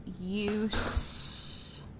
use